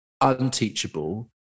unteachable